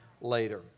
later